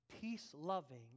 peace-loving